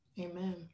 Amen